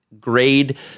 grade